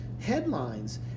headlines